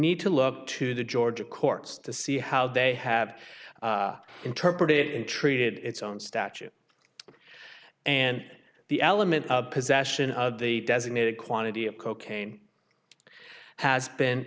need to look to the georgia courts to see how they have interpreted and treated its own statute and the element of possession of the designated quantity of cocaine has been